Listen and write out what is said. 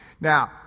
now